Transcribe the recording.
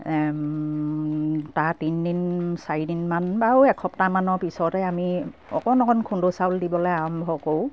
তাৰ তিনদিন চাৰিদিনমান বাৰু এসপ্তাহমানৰ পিছতে আমি অকণ অকণ খুন্দো চাউল দিবলে আৰম্ভ কৰোঁ